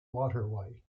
waterway